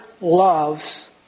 loves